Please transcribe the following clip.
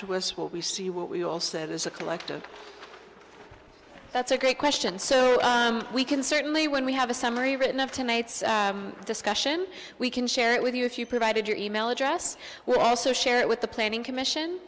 to us will we see what we all said as a collective that's a great question so we can certainly when we have a summary written up to mates discussion we can share it with you if you provided your email address we're also share it with the planning commission